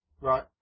Right